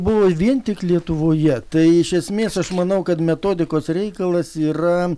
buvo vien tik lietuvoje tai iš esmės aš manau kad metodikos reikalas yra